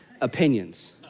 opinions